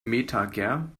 metager